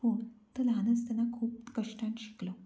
तो ल्हान आसतना खूब कश्टान शिकलो